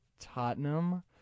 Tottenham